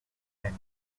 and